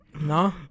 No